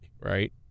right